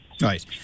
Right